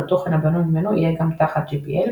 או לתוכן הבנוי ממנו יהיה גם תחת GPL,